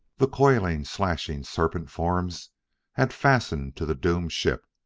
the coiling, slashing serpent-forms had fastened to the doomed ship.